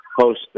Post